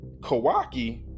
Kawaki